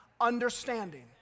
Understanding